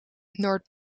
noord